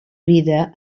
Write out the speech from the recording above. vida